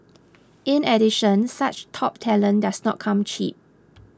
in addition such top talent does not come cheap